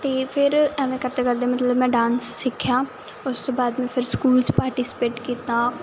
ਤੇ ਫਿਰ ਐਵੇਂ ਕਰਦੇ ਕਰਦੇ ਮਤਲਬ ਮੈਂ ਡਾਂਸ ਸਿੱਖਿਆ ਉਸ ਤੋਂ ਬਾਅਦ ਮੈਂ ਫਿਰ ਸਕੂਲ 'ਚ ਪਾਰਟੀਸਪੇਟ ਕੀਤਾ ਤੇ